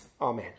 Amen